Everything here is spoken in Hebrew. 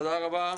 תודה רבה,